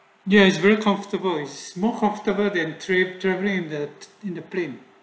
ya it's very comfortable is more comfortable than trip travelling that in the plane